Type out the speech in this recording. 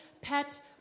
pet